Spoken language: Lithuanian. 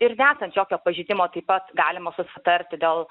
ir nesant jokio pažeidimo taip pat galima susitarti dėl